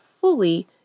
fully